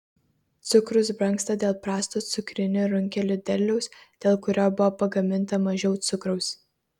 cukrus brangsta dėl prasto cukrinių runkelių derliaus dėl kurio buvo pagaminta mažiau cukraus